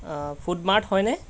food mart হয়নে